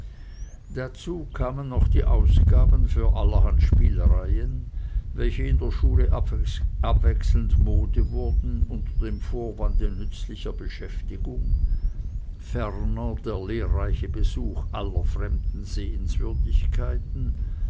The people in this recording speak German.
dazu kamen noch die ausgaben für allerhand spielereien welche in der schule abwechselnd mode wurden unter dem vorwande nützlicher beschäftigung ferner der lehrreiche besuch aller fremden sehenswürdigkeiten